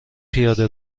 پیاده